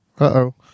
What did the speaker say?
Uh-oh